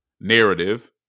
narrative